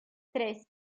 tres